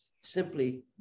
simply